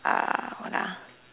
uh what ah